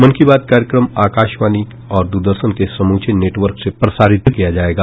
मन की बात कार्यक्रम आकाशवाणी और दूरदर्शन के समूचे नेटवर्क से प्रसारित किया जाएगा